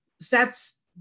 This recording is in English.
sets